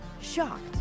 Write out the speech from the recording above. Shocked